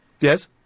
Yes